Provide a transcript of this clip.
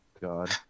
God